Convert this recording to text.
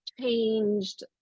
changed